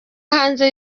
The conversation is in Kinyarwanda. hanze